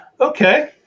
Okay